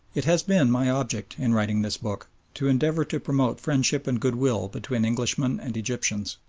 it has been my object in writing this book to endeavour to promote friendship and goodwill between englishmen and egyptians.